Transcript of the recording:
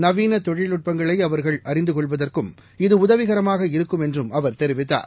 நவீன தொழில்நுட்பங்களை அவா்கள் அறிந்து கொள்வதற்கும் இது உதவிரமாக இருக்கும் என்றும் அவர் தெரிவித்தார்